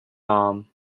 arm